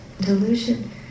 Delusion